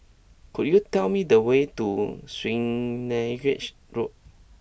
could you tell me the way to Swanage Road